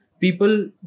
people